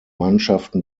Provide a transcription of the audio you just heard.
mannschaften